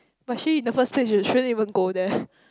but actually in the first place you shouldn't even go there